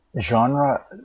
genre